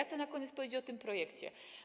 Chcę na koniec powiedzieć o tym projekcie.